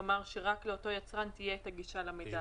כלומר שרק לאותו יצרן תהיה הגישה למידע הזה.